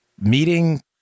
meeting